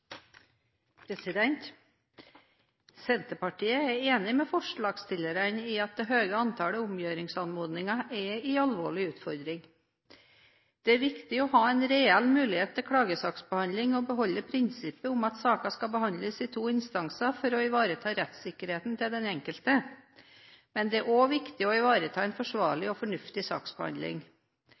behandling. Senterpartiet er enig med forslagsstillerne i at det høye antallet omgjøringsanmodninger er en alvorlig utfordring. Det er viktig å ha en reell mulighet til klagesaksbehandling og beholde prinsippet om at saker skal behandles i to instanser for å ivareta rettssikkerheten til den enkelte, men det er også viktig å ivareta en forsvarlig og fornuftig saksbehandling.